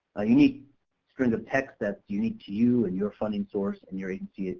ah you need strings of text that's unique to you and your funding source and your agency. ah